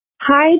Hi